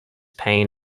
pain